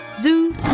Zoo